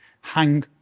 hang